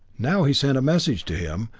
now he sent a message to him,